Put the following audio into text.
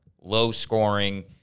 low-scoring